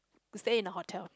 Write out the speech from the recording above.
stay in the hotel